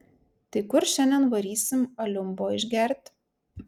tai kur šiandien varysim aliumbo išgert